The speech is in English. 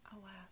alas